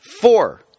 Four